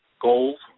goals